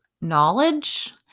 knowledge